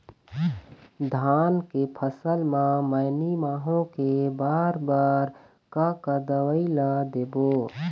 धान के फसल म मैनी माहो के बर बर का का दवई ला देबो?